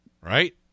Right